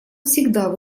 всегда